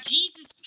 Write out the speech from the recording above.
Jesus